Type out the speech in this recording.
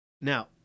Now